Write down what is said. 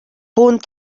punt